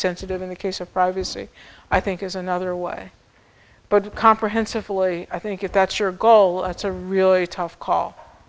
sensitive in the case of privacy i think is another way but comprehensively i think if that's your goal it's a really tough call